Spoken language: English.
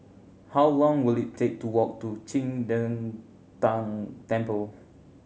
how long will it take to walk to Qing De Tang Temple